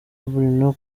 bruno